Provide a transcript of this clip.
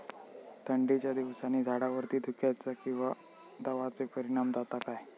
थंडीच्या दिवसानी झाडावरती धुक्याचे किंवा दवाचो परिणाम जाता काय?